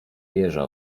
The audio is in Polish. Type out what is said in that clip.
jeża